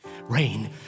rain